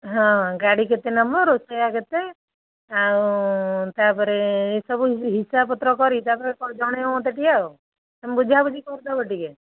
ହଁ ଗାଡ଼ି କେତେ ନବ ରୋଷେଇୟା କେତେ ଆଉ ତାପରେ ଏସବୁ ହିସାବପତ୍ର କରି ତାପରେ ଜଣେଇବ ମୋତେ ଟିକିଏ ଆଉ ବୁଝାବୁଝି କରିଦେବ ଟିକେ